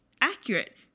accurate